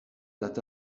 that